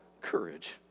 courage